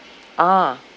ah